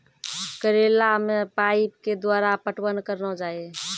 करेला मे पाइप के द्वारा पटवन करना जाए?